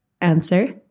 Answer